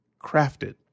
crafted